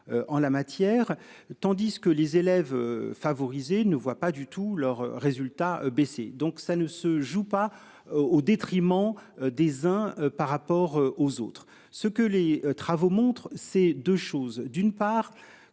En la matière, tandis que les élèves favorisés ne voit pas du tout leur résultats baisser, donc ça ne se joue pas au détriment des uns par rapport aux autres ce que les travaux montrent c'est 2 choses, d'une part